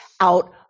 out